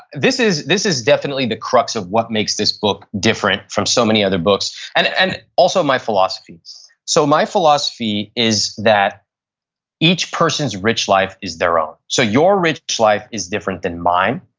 this is this is definitely the cracks of what makes this book different from so many other books and and also my philosophies. so my philosophy is that each person's rich life is their own. so your rich life is different than mine.